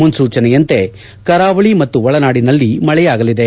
ಮನ್ನೂಚನೆಯಂತೆ ಕರಾವಳಿ ಮತ್ತು ಒಳನಾಡಿನಲ್ಲಿ ಮಳೆಯಾಗಲಿದೆ